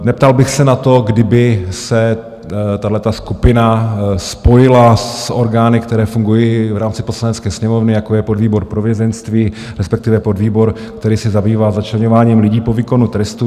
Neptal bych se na to, kdyby se tahle skupina spojila s orgány, které fungují v rámci Poslanecké sněmovny, jako je podvýbor pro vězeňství, respektive podvýbor, který se zabývá začleňováním lidí po výkonu trestu.